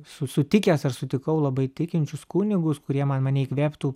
su sutikęs ar sutikau labai tikinčius kunigus kurie man mane įkvėptų